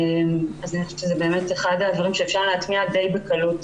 אז אני חושבת שזה באמת אחד הדברים שאפשר להטמיע די בקלות